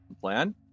plan